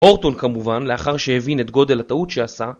אורטון כמובן לאחר שהבין את גודל הטעות שעשה